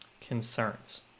Concerns